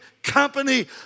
Company